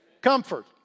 Comfort